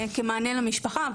כמענה למשפחה,